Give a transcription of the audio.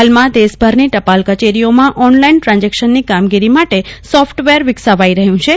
હાલમાં દેશભરની ટપાલ કચેરીઓમાં ઓનલાઈન ટ્રાન્ઝેકશનની કામગીરો માટે સોફટવેર વિકસાવાઈ રહયું છે